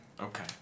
okay